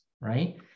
right